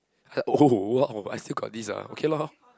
like oh !wah! I still got this ah okay lor